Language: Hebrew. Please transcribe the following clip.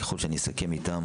ככל שאני אסכם איתם,